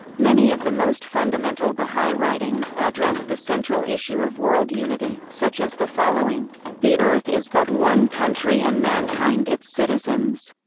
many of the most fundamental baha'i writings address the central issue of world unity, such as the following the earth is but one country and mankind its citizens.